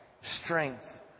strength